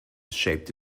shaped